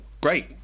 great